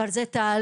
אבל זה תהליך,